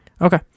Okay